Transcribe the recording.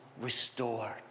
restored